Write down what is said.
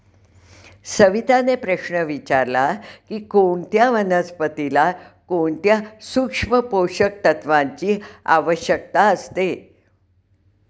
सविताने प्रश्न विचारला की कोणत्या वनस्पतीला कोणत्या सूक्ष्म पोषक तत्वांची आवश्यकता असते?